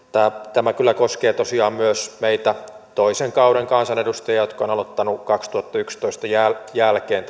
tämä kyllä koskee tosiaan myös meitä toisen kauden kansanedustajia jotka ovat aloittaneet vuoden kaksituhattayksitoista vaalien jälkeen